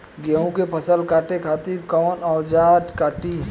गेहूं के फसल काटे खातिर कोवन औजार से कटी?